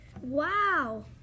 Wow